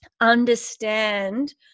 understand